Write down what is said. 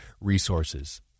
resources